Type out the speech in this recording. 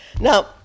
Now